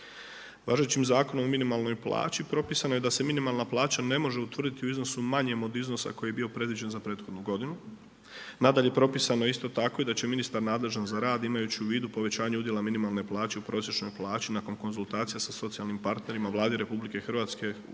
Važećim Zakonom o minimalnoj plaći propisano je da se minimalna plaća ne može utvrditi u iznosu manjem od iznosa koji je bio predviđen za prethodnu godinu. Nadalje, propisano je isto tako i da će ministar nadležan za rad imajući u vidu povećanje udjela minimalne plaće u prosječnoj plaći nakon konzultacija sa socijalnim partnerima Vladi RH predložiti